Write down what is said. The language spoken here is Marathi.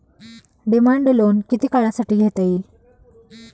डिमांड लोन किती काळासाठी घेता येईल?